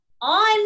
on